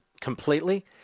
completely